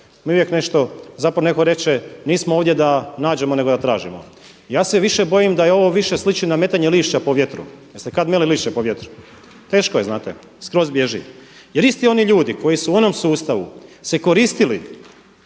Mi uvijek nešto, zapravo netko reče nismo ovdje da nađemo, nego da tražimo. Ja se više bojim da ovo više sliči na metenje lišća po vjetru. Jeste kad meli lišće po vjetru? Teško je, znate skroz bježi. Jer isti oni ljudi koji su u onom sustavu se koristili